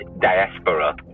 diaspora